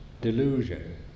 Delusion